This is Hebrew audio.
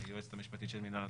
ליועצת המשפטית של מינהל התכנון.